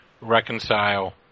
reconcile